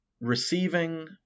receiving